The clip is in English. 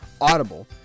Audible